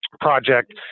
project